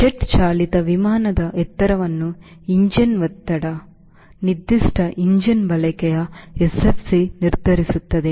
jet ಚಾಲಿತ ವಿಮಾನದ ಎತ್ತರವನ್ನು ಎಂಜಿನ್ ಒತ್ತಡ ನಿರ್ದಿಷ್ಟ ಇಂಧನ ಬಳಕೆಯ SFC ನಿರ್ಧರಿಸುತ್ತದೆ